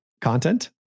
content